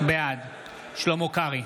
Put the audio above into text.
בעד שלמה קרעי,